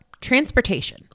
transportation